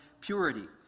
purity